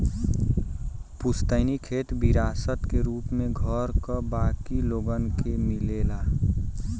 पुस्तैनी खेत विरासत क रूप में घर क बाकी लोगन के मिलेला